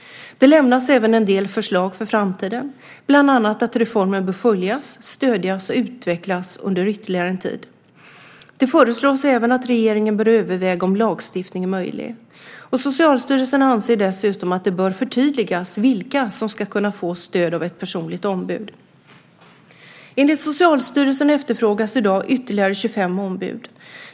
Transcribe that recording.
Det lämnas även en del förslag för framtiden, bland annat att reformen bör följas, stödjas och utvecklas under ytterligare en tid. Det föreslås även att regeringen bör överväga om lagstiftning är möjlig. Socialstyrelsen anser dessutom att det bör förtydligas vilka som ska kunna få stöd av ett personligt ombud. Enligt Socialstyrelsen efterfrågas i dag ytterligare 25 ombud.